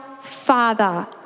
Father